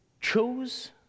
chose